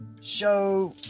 show